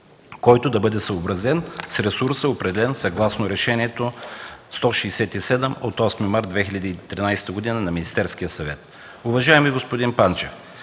който да бъде съобразен с ресурса, определен съгласно Решение № 167 от 8 март 2013 г. на Министерския съвет. Уважаеми господин Панчев,